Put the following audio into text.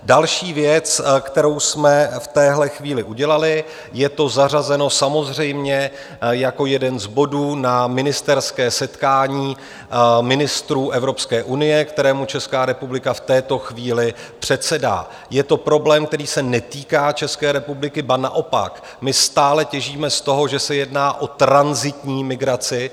Další věc, kterou jsme v téhle chvíli udělali je to zařazeno samozřejmě jako jeden z bodů na ministerské setkání ministrů Evropské unie, kterému Česká republika v této chvíli předsedá je to problém, který se netýká České republiky, ba naopak, my stále těžíme z toho, že se jedná o tranzitní migraci.